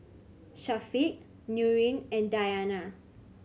Syafiq Nurin and Dayana